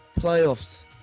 playoffs